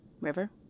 River